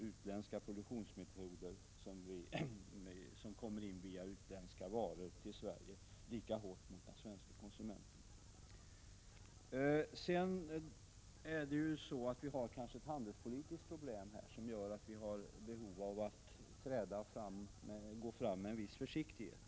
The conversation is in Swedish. Utländska produktionsmetoder som kommer in via utländska varor slår ju lika hårt mot den svenska konsumenten. Vi har kanske ett handelspolitiskt problem här som gör att vi har behov av att gå fram med en viss försiktighet.